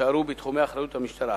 שיישארו בתחומי אחריות המשטרה,